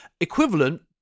equivalent